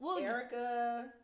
Erica